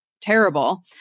terrible